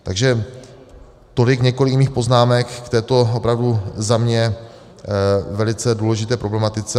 Takže tolik několik mých poznámek k této opravdu za mě velice důležité problematice.